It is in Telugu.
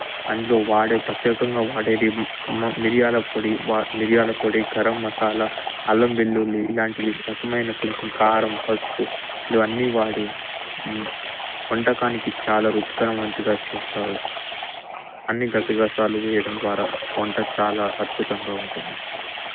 అందులో వాడే ప్రత్యేకంగా వాడే మిరియాల పొడి మిరియాల పొడి గరం మసాలా అల్లం వెల్లుల్లి ఇలాంటి రకమైన కొంచెం కారం పసుపు ఇవన్నీ వాడి వంటకానికి చాలా రుచికరమైనదిగా చేస్తారు అన్ని గసగసాలు వేయడం ద్వారా వంట చాలా అద్భుతంగా ఉంటుంది